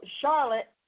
Charlotte